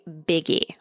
biggie